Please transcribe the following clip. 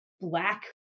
black